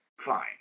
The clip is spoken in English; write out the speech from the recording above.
fine